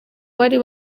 uwari